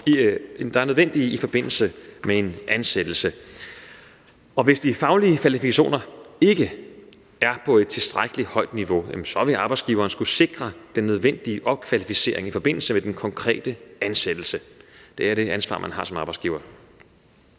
der er nødvendige i forbindelse med en ansættelse, og hvis de faglige kvalifikationer ikke er på et tilstrækkelig højt niveau, så vil arbejdsgiveren skulle sikre den nødvendige opkvalificering i forbindelse med den konkrete ansættelse. Det er det ansvar, man har som arbejdsgiver.